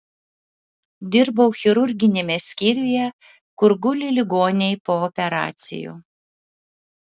dirbau chirurginiame skyriuje kur guli ligoniai po operacijų